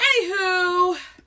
anywho